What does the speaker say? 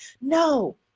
No